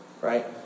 right